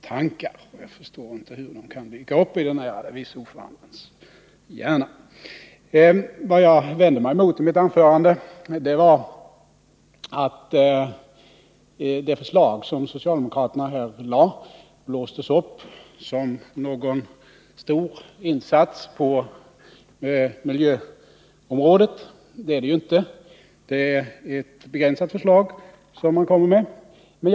Jag förstår inte hur han kan få sådana konstiga tankar i sin hjärna. Vad jag vände mig mot i mitt anförande var att det förslag som socialdemokraterna här lade fram blåstes upp som någon stor insats på miljöområdet. Det är det ju inte. Det är ett begränsat förslag som man kommer med.